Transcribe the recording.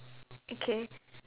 okay